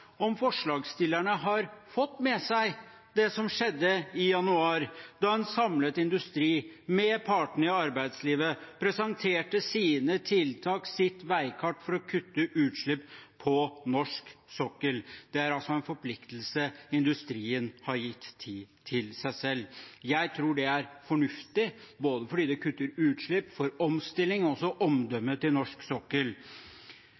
som skjedde i januar, da en samlet industri – med partene i arbeidslivet – presenterte sine tiltak, sitt veikart for å kutte utslipp på norsk sokkel. Det er altså en forpliktelse industrien har gitt seg selv. Jeg tror det er fornuftig, både fordi det kutter utslipp, for omstilling og også